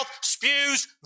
spews